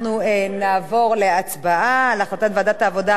אנחנו נעבור להצבעה על החלטת ועדת העבודה,